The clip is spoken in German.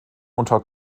unter